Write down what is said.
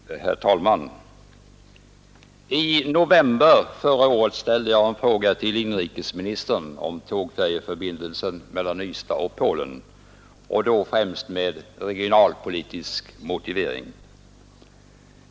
Herr talman! I november förra året ställde jag en fråga till inrikesministern om tågfärjeförbindelsen mellan Ystad och Polen och då främst med regionalpolitisk motivering.